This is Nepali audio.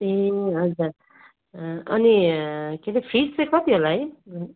ए हजुर अनि के रे फिस चाहिँ कति होला है